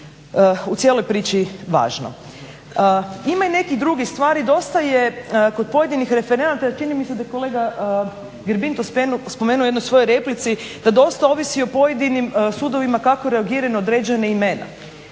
u cijeloj priči važno. Ima i nekih drugih stvari. Dosta je kod pojedinih referenata, jer čini mi se da je kolega Grbin to spomenuo u jednoj svojoj replici da dosta ovisi o pojedinim sudovima kako reagiraju na određena imena.